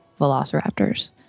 Velociraptors